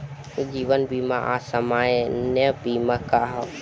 जीवन बीमा आ सामान्य बीमा का ह?